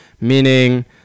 meaning